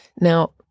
Now